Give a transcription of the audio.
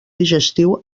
digestiu